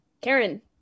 Karen